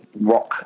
rock